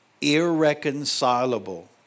irreconcilable